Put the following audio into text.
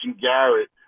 Garrett